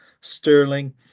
sterling